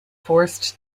forced